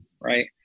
right